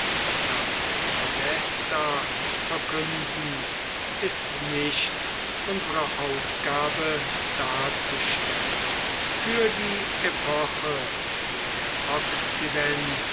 das awest verkünden ist nicht unsere aufgabe darzustellen für die epoche wo der okzident